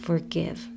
Forgive